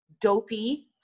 Dopey